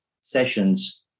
sessions